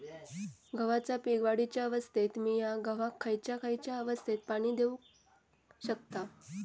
गव्हाच्या पीक वाढीच्या अवस्थेत मिया गव्हाक खैयचा खैयचा अवस्थेत पाणी देउक शकताव?